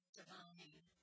divine